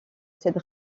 cette